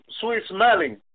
sweet-smelling